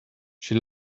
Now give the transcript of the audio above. she